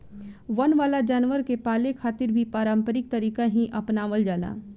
वन वाला जानवर के पाले खातिर भी पारम्परिक तरीका ही आपनावल जाला